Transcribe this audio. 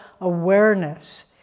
awareness